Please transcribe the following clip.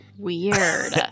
Weird